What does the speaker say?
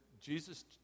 Jesus